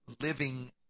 living